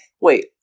wait